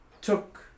took